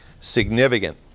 significant